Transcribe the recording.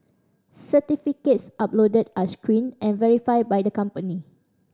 certificates uploaded are screened and verified by the company